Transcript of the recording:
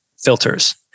filters